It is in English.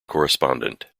correspondent